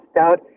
out